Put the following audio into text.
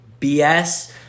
BS